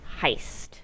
heist